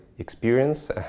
experience